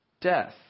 death